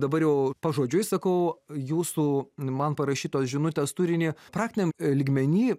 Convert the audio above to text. dabar jau pažodžiui sakau jūsų man parašytos žinutės turinį praktiniam lygmeny